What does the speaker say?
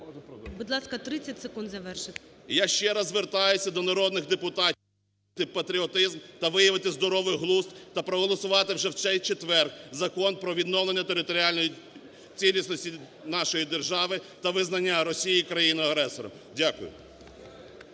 Будь ласка, 30 секунд, завершуйте. БУРБАК М.Ю. Я ще раз звертаюся до народних депутатів… патріотизм та виявити здоровий глузд, та проголосувати вже в цей четвер Закон про відновлення територіальної цілісності нашої держави ти визнання Росії країною-агресором. Дякую.